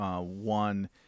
One